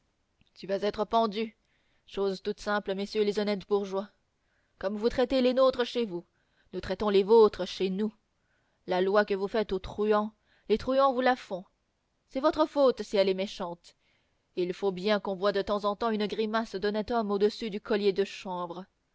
tu vas être pendu chose toute simple messieurs les honnêtes bourgeois comme vous traitez les nôtres chez vous nous traitons les vôtres chez nous la loi que vous faites aux truands les truands vous la font c'est votre faute si elle est méchante il faut bien qu'on voie de temps en temps une grimace d'honnête homme au-dessus du collier de chanvre